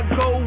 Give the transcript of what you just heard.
go